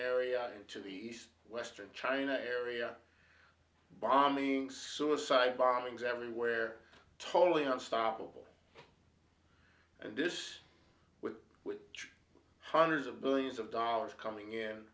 area into the western china area bombings suicide bombings everywhere totally unstoppable and this with with hundreds of billions of dollars coming in